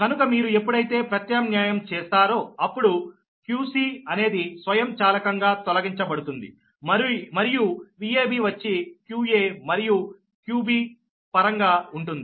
కనుక మీరు ఎప్పుడైతే ప్రత్యామ్న్యాయం చేస్తారో అప్పుడు qcఅనేది స్వయంచాలకంగా తొలగించబడుతుంది మరియు Vab వచ్చి qa మరియు qbపరంగా ఉంటుంది